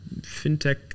fintech